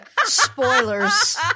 spoilers